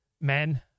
men